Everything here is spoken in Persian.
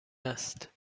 است